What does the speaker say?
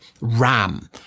RAM